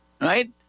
Right